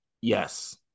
yes